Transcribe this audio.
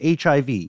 HIV